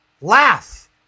Laugh